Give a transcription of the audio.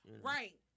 Right